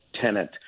tenant